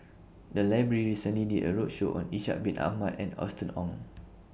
The Library recently did A roadshow on Ishak Bin Ahmad and Austen Ong